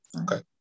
Okay